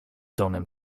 tonem